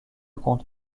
compte